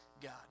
God